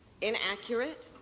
inaccurate